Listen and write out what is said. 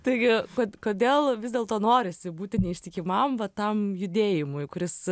taigi vat kodėl vis dėlto norisi būti neištikimam va tam judėjimui kuris